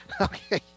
Okay